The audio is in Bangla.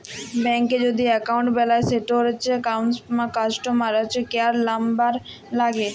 ব্যাংকে যদি এক্কাউল্ট বেলায় সেটর কাস্টমার কেয়ার লামবার ল্যাগে